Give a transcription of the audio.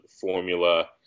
formula